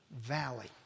valley